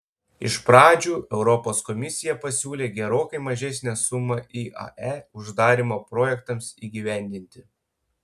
iš pradžių europos komisija pasiūlė gerokai mažesnę sumą iae uždarymo projektams įgyvendinti